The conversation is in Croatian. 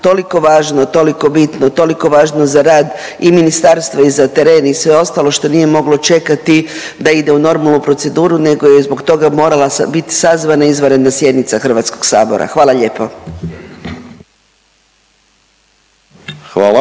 toliko važno, toliko bitno, toliko važno za rad i ministarstva i za teren i sve ostalo što nije moglo čekati da ide u normalnu proceduru nego je zbog toga morala bit sazvana izvanredna sjednica HS? Hvala lijepo.